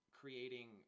creating